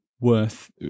worth